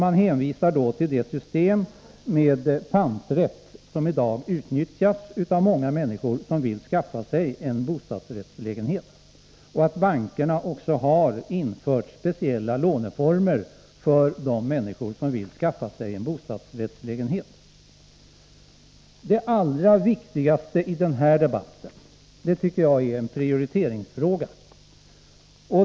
Man hänvisar till det system med panträtt som i dag utnyttjas av många människor som vill skaffa sig en bostadsrättslägenhet och till att bankerna också har infört speciella låneformer för de människor som vill skaffa sig en bostadsrättslägenhet. Det allra viktigaste i den här debatten är, tycker jag, en prioriteringsfråga.